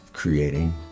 Creating